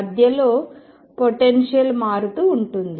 మధ్యలో పొటెన్షియల్ మారుతూ ఉంటుంది